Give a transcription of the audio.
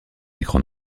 écran